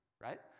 Right